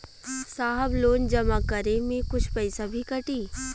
साहब लोन जमा करें में कुछ पैसा भी कटी?